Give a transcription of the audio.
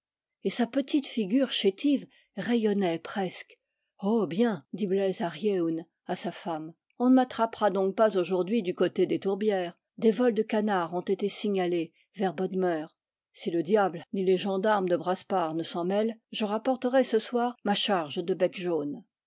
et sa petite figure chétive rayonnait presque oh bien dit bleiz ar yeun à sa femme on ne m'attrapera donc pas aujourd'hui du côté des tourbières des vols de canards ont été signalés vers bodmeur si le diable ni les gendarmes de brazpars ne s'en mêlent je rapporterai ce soir ma charge de becs jaunes